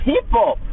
people